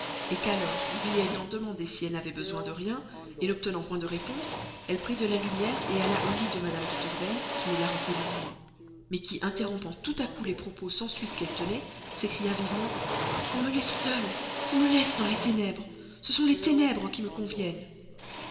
élevée qu'alors lui ayant demandé si elle n'avait besoin de rien n'obtenant point de réponse elle prit de la lumière alla au lit de mme de tourvel qui ne la reconnut point mais qui interrompant tout à coup les propos sans suite qu'elle tenait s'écria vivement qu'on me laisse seule qu'on me laisse dans les ténèbres ce sont les ténèbres qui me conviennent